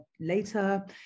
later